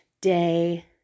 day